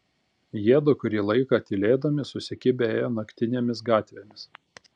jiedu kurį laiką tylėdami susikibę ėjo naktinėmis gatvėmis